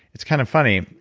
it's kind of funny,